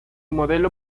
modelo